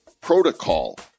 protocol